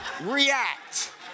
react